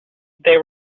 they